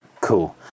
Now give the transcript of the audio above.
Cool